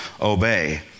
obey